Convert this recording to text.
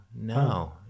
no